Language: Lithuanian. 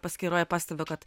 paskyroje pastebiu kad